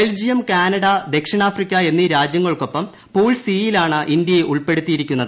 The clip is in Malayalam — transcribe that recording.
ബൽജിയം കാനഡ ദക്ഷിണാഫ്രിക്ക എന്നീ രാജ്യങ്ങൾക്കൊപ്പം പൂൾ സിയിലാണ് ഇന്ത്യയെ ഉൾപ്പെടുത്തിയിരിക്കുന്നത്